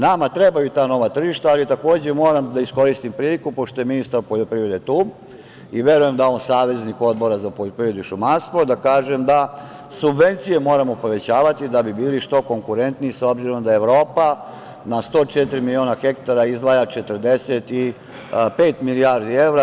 Nama trebaju ta nova tržišta, ali takođe moram da iskoristim priliku, pošto je ministar poljoprivrede tu i verujem da je on saveznik Odbora za poljoprivredu i šumarstvo, da kažem da subvencije moramo povećavati da bi bili što konkurentniji, s obzirom da Evropa na 104 miliona hektara izdvaja 45 milijardi evra.